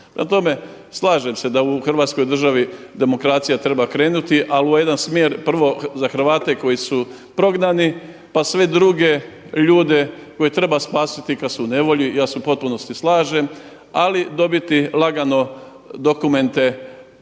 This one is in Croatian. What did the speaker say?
Prema tome, slažem se da u Hrvatskoj državi demokracija treba krenuti, ali u jedan smjer, prvo za Hrvate koji su prognani, pa sve druge ljude koje treba spasiti kada su u nevolji ja se u potpunosti slažem. Ali dobiti lagano dokumente,